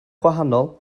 gwahanol